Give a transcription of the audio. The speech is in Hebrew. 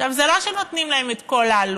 עכשיו, זה לא שנותנים להם את כל העלות,